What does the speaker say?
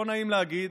לא נעים להגיד,